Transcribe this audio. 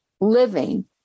living